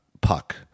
puck